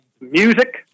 music